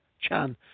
Chan